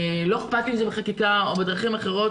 לא אכפת לי אם זה בחקיקה או בדרכים אחרות,